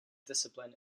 discipline